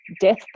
death